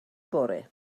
bore